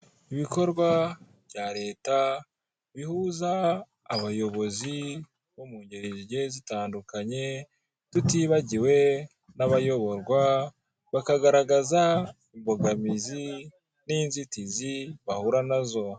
Ibikorwa bya leta bihuza abayobozi bo mu ngeri zigiye zitandukanye, tutibagiwe n'abayoborwa. Bakagaraza imbogamizi n'inzitizi bahura nazo.